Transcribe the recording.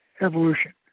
evolution